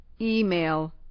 Email